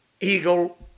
eagle